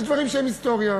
יש דברים שהם היסטוריה,